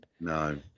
no